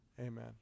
Amen